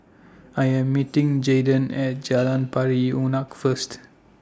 I Am meeting Jaydon At Jalan Pari Unak First